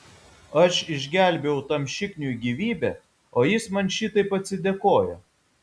aš išgelbėjau tam šikniui gyvybę o jis man šitaip atsidėkoja